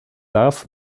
darf